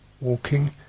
walking